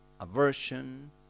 aversion